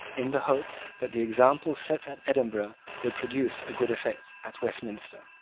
in the hope that the example set at edinburgh would produce a good effect at westminster.